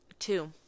two